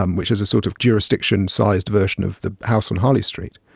um which is a sort of jurisdiction-sized version of the house on holly street.